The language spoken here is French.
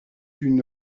une